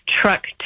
truck